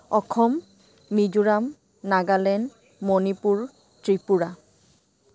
Assam Mizoram Nagaland Manipur Tripura